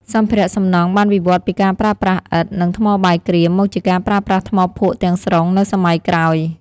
សម្ភារៈសំណង់បានវិវត្តពីការប្រើប្រាស់ឥដ្ឋ និងថ្មបាយក្រៀម មកជាការប្រើប្រាស់ថ្មភក់ទាំងស្រុងនៅសម័យក្រោយ។